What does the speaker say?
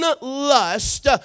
lust